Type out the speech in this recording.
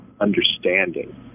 understanding